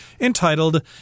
entitled